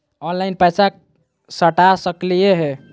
Online पैसा सटा सकलिय है?